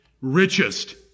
richest